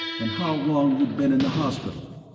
and how long you'd been in the hospital.